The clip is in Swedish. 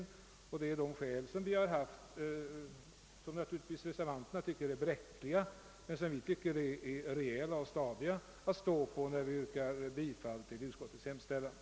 Detta är bl.a. de skäl som vi inom utskottsmajoriteten har haft för vår ståndpunkt — skäl som naturligtvis reservanterna finner bräckliga men som vi tycker är rejäla och stadiga att stå på, när vi yrkar bifall till utskottets hemställan.